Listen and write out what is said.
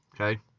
Okay